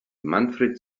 manfred